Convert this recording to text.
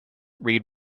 read